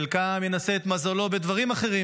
חלקם ינסה את מזלו בדברים אחרים.